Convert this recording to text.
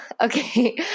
Okay